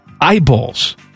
eyeballs